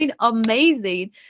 amazing